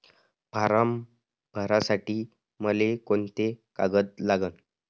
Form भरासाठी मले कोंते कागद लागन?